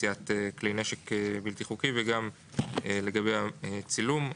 מציאת כלי נשק בלתי חוקי וגם לגבי הצילום.